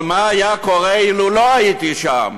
אבל מה היה קורה אילו לא הייתי שם?